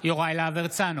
יוראי להב הרצנו,